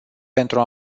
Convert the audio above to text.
pentru